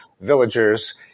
villagers